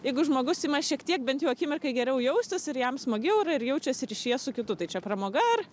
jeigu žmogus ima šiek tiek bent jau akimirkai geriau jaustis ir jam smagiau yra ir jaučiasi ryšyje su kitu tai čia pramoga ar